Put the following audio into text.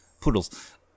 poodles